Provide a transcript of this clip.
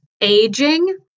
aging